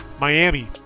Miami